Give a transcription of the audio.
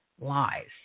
lies